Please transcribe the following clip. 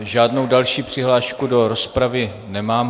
Žádnou další přihlášku do rozpravy nemám.